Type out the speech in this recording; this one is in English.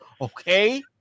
okay